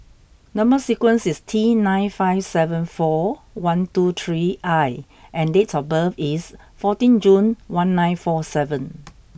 number sequence is T nine five seven four one two three I and date of birth is fourteen June one nine four seven